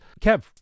Kev